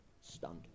Stunned